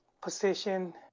position